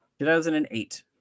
2008